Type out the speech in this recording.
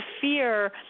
fear